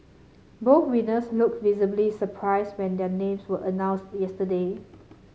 both winners looked visibly surprised when their names were announced yesterday